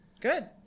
Good